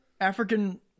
African